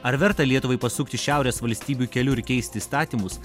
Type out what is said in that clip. ar verta lietuvai pasukti šiaurės valstybių keliu ir keisti įstatymus